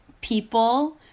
people